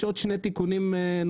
יש עוד שני תיקונים נוספים,